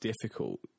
difficult